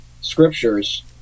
scriptures